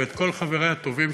ואת כל חברי הטובים,